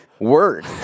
word